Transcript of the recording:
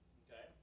okay